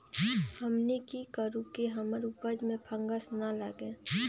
हमनी की करू की हमार उपज में फंगस ना लगे?